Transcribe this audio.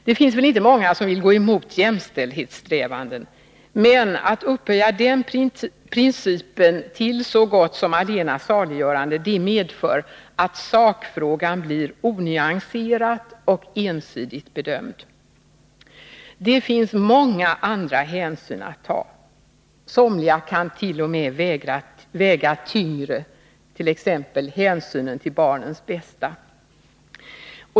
Det finns väl inte många som vill gå emot jämställdhetssträvanden men att upphöja den principen till så gott som allena saliggörande medför att sakfrågan blir onyanserat och ensidigt bedömd. Det finns många andra hänsyn att ta. Somliga kan t.o.m. väga tyngre, t.ex. hänsynen till barnens bästa.